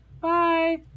Bye